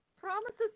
promises